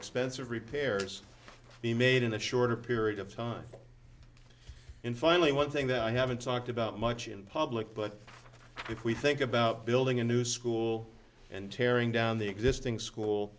expensive repairs to be made in a shorter period of time in finally one thing that i haven't talked about much in public but if we think about building a new school and tearing down the existing school